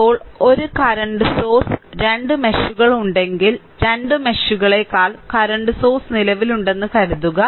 ഇപ്പോൾ ഒരു current source 2 മെഷുകൾ ഉണ്ടെങ്കിൽ 2 മെഷുകളെക്കാൾ കറന്റ് സോഴ്സ്സ് നിലവിലുണ്ടെന്ന് കരുതുക